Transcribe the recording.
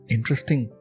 Interesting